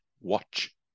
watch